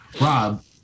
Rob